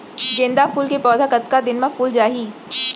गेंदा फूल के पौधा कतका दिन मा फुल जाही?